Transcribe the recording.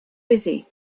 busy